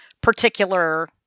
particular